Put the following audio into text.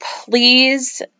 please